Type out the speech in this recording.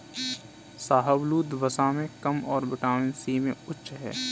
शाहबलूत, वसा में कम और विटामिन सी में उच्च है